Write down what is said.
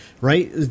right